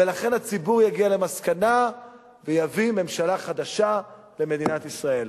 ולכן הציבור יגיע למסקנה ויביא ממשלה חדשה למדינת ישראל.